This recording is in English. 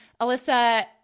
Alyssa